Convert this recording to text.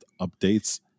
updates